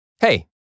Hey